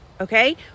Okay